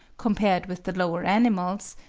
compared with the lower animals,